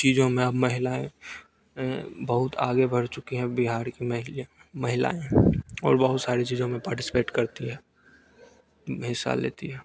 चीजों में महिलाएँ बहुत आगे बढ़ चुकी हैं बिहार की महिला महिलाएँ और बहुत सारी चीजों में पार्टीसीपेट करती है हिस्सा लेती हैं